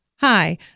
Hi